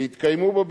ותתקיים בו,